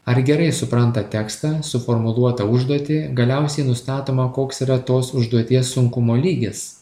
ar gerai supranta tekstą suformuluotą užduotį galiausiai nustatoma koks yra tos užduoties sunkumo lygis